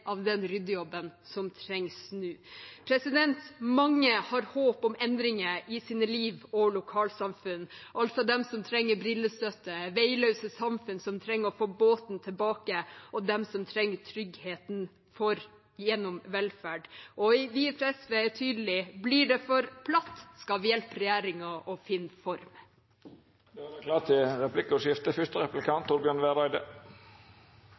av den ryddejobben som trengs nå. Mange har håp om endringer i sitt liv og sine lokalsamfunn, alt fra dem som trenger brillestøtte, veiløse samfunn som trenger å få båten tilbake, og de som trenger tryggheten gjennom velferd. Vi i SV er tydelige: Blir det for platt, skal vi hjelpe regjeringen med å finne formen. Det